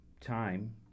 Time